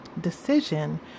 decision